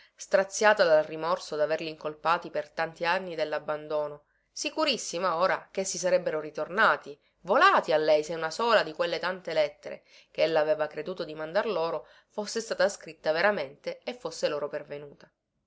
straziata dal rimorso daverli incolpati per tanti anni dellabbandono sicurissima ora chessi sarebbero ritornati volati a lei se una sola di quelle tante lettere chella aveva creduto di mandar loro fosse stata scritta veramente e fosse loro pervenuta